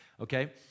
okay